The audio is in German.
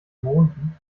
monden